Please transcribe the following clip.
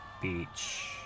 Beach